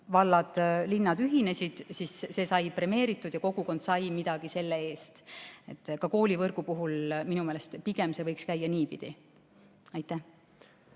vallad ja linnad ühinesid, siis see sai premeeritud ja kogukond sai midagi selle eest. Ka koolivõrgu puhul võiks minu meelest see käia pigem niipidi. Aitäh!